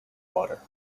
water